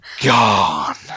gone